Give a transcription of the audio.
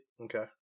Okay